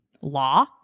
law